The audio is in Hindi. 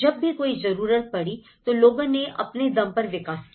जब भी कोई जरूरत पड़ी तो लोगों ने अपने दम पर विकास किया